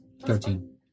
Thirteen